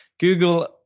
Google